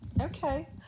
Okay